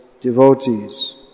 devotees